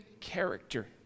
character